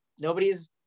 nobody's